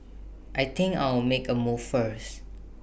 I think I'll make A move first